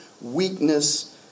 weakness